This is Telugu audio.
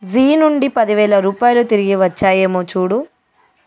జీ నుండి పది వేల రూపాయలు తిరిగివచ్చాయేమో చూడు